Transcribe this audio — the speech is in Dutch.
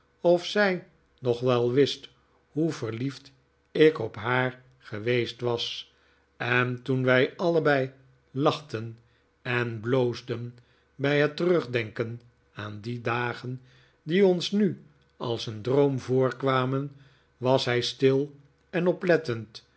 of zij nog wel wist hoe verliefd ik op haar geweest was en toen wij allebei lachten en bloosden bij het terugdenken aan die dagen die ons nu als een droom voorkwamen was hij stil en oplettend